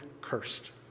cursed